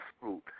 fruit